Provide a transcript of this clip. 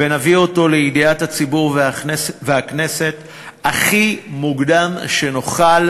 ונביא אותו לידיעת הציבור והכנסת הכי מוקדם שנוכל,